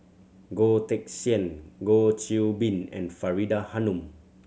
Goh Teck Sian Goh Qiu Bin and Faridah Hanum